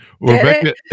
Rebecca